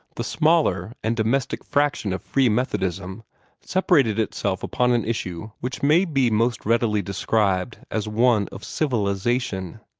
the smaller and domestic fraction of free methodism separated itself upon an issue which may be most readily described as one of civilization.